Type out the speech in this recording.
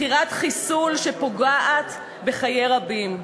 מכירת חיסול שפוגעת בחיי רבים.